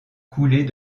coulées